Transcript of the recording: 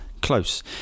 Close